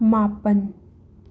ꯃꯥꯄꯟ